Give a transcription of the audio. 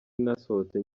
nasohotse